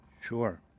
Sure